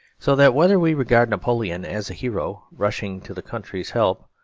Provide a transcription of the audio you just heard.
so that whether we regard napoleon as a hero rushing to the country's help,